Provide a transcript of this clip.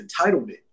entitlement